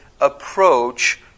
approach